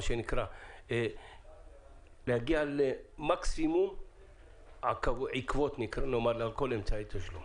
להגיע למקסימום עקבות לכל אמצעי התשלום?